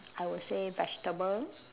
I would say vegetable